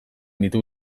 ditu